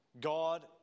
God